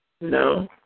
No